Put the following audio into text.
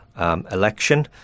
election